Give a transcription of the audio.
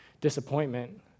disappointment